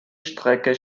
strecke